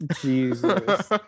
Jesus